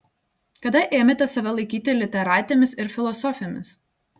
kada ėmėte save laikyti literatėmis ir filosofėmis